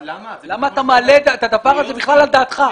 למה אתה בכלל מעלה את הדבר הזה על דעתך?